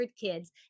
kids